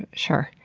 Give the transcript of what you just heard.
and sure,